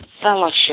fellowship